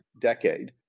decade